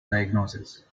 diagnosis